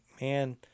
man